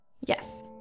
Yes